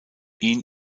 ihn